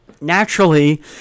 Naturally